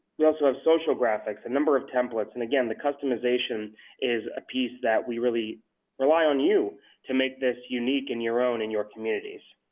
we also have social graphics, a number of templates, and again customization is a piece that we really rely on you to make this unique and your own in your community.